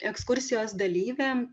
ekskursijos dalyviam